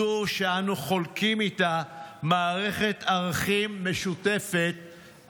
זו שאנו חולקים איתה מערכת ערכים משותפת.